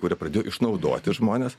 kurie pradėjo išnaudoti žmones